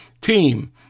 team